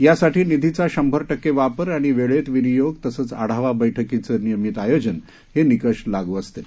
यासाठी निधीचा शंभर टक्के वापर आणि वेळेत विनियोग तसंच आढावा बैठकींचं नियमित आयोजन हे निकष लागू असतील